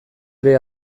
ere